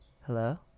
Hello